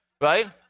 Right